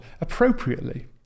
appropriately